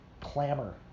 clamor